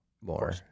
more